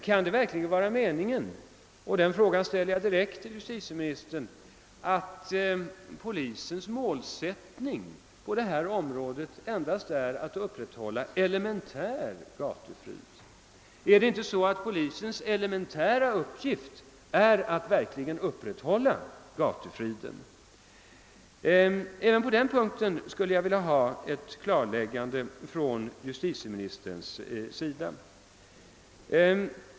Kan det verkligen vara meningen — denna fråga ställer jag direkt till justitieministern att polisens målsättning på detta område endast är att upprätthålla elementär gatufrid? är det inte så att polisens elementära uppgift är att upprätthålla fullständig gatufrid? Även på den punkten skulle jag vilja ha ett klarläggande av justitieministern.